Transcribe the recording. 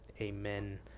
amen